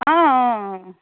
অঁ অঁ অঁ